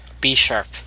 B-Sharp